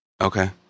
Okay